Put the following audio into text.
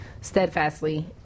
steadfastly